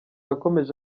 yakomeje